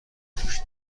توش